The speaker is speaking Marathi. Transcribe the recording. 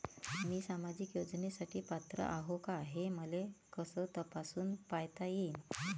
मी सामाजिक योजनेसाठी पात्र आहो का, हे मले कस तपासून पायता येईन?